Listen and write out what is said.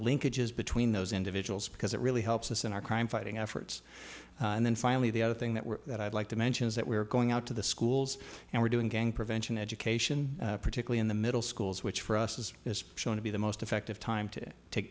linkages between those individuals because it really helps us in our crime fighting efforts and then finally the other thing that we're that i'd like to mention is that we're going out to the schools and we're doing gang prevention education particularly in the middle schools which for us is as shown to be the most effective time to to